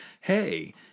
hey